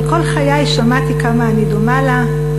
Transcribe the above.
אבל כל חיי שמעתי כמה אני דומה לה,